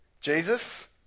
Jesus